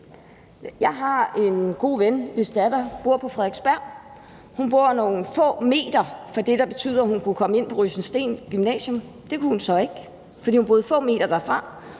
Jeg har en god ven, hvis datter bor på Frederiksberg. Hun bor nogle få meter fra det, der betyder, at hun ville kunne komme ind på Rysensteen Gymnasium. Det kunne hun så ikke, fordi hun boede få meter derfra.